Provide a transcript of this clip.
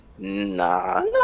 Nah